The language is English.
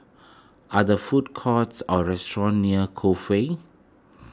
are there food courts or restaurants near Cove Way